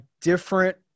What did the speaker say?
different